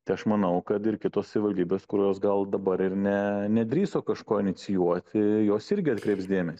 tai aš manau kad ir kitos savivaldybės kurios gal dabar ir ne nedrįso kažko inicijuoti jos irgi atkreips dėmesį